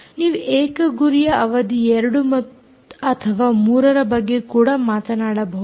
ನೀವು ಏಕ ಗುರಿಯ ಅವಧಿ 2 ಅಥವಾ 3 ರ ಬಗ್ಗೆ ಕೂಡ ಮಾತನಾಡಬಹುದು